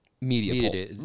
media